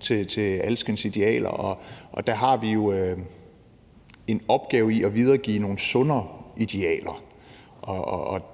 til alskens idealer, og der har vi jo en opgave i at videregive nogle sundere idealer.